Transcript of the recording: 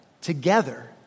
together